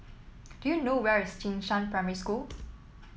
do you know where is Jing Shan Primary School